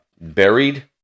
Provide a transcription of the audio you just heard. buried